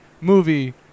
movie